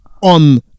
on